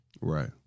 Right